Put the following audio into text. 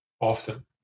often